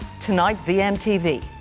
TonightVMTV